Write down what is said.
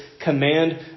command